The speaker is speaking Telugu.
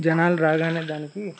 జనాలు రాగానే దానికి